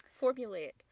formulaic